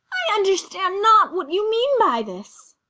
i understand not what you mean by this.